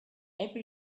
every